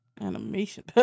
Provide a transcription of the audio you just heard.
animation